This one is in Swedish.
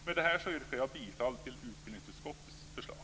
Men detta yrkar jag bifall till utbildningsutskottets förslag.